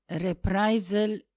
reprisal